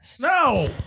no